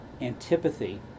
antipathy